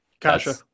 Kasha